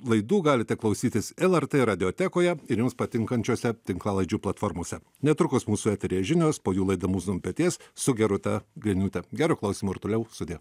laidų galite klausytis lr radiotekoje ir jums patinkančiose tinklalaidžių platformose netrukus mūsų eteryje žinios po jų laida mūza ant peties su gerūta griniūte gero klausymo ir toliau sudie